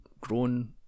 grown